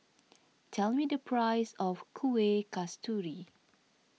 tell me the price of Kuih Kasturi